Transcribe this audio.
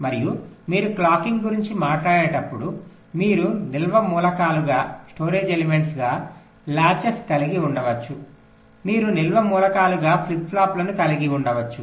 మరియు మీరు క్లాకింగ్ గురించి మాట్లాడేటప్పుడు మీరు నిల్వ మూలకాలుగా లాచెస్ కలిగి ఉండవచ్చు మీరు నిల్వ మూలకాలుగా ఫ్లిప్ ఫ్లాప్లను కలిగి ఉండవచ్చు